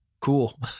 Cool